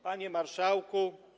Panie Marszałku!